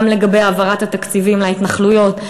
גם לגבי העברת התקציבים להתנחלויות,